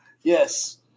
Yes